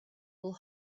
will